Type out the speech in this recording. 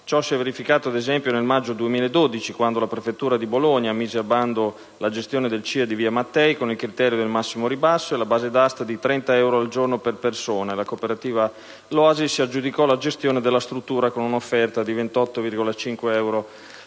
Ciò si è verificato, ad esempio, nel maggio 2012, quando la prefettura di Bologna mise a bando la gestione del CIE di via Mattei con il criterio del massimo ribasso e la base d'asta fu di 30 euro al giorno per persona: la cooperativa "L'Oasi" si aggiudicò la gestione della struttura con un'offerta di 28,5 euro a persona